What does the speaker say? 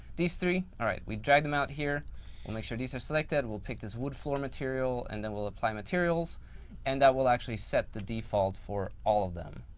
these three, all right, we drag them out here and make sure these are selected. we'll pick this wood floor material and then we'll apply materials and that will actually set the default for all of them,